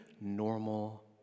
normal